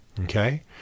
Okay